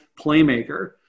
playmaker